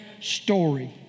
story